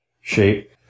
shape